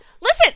Listen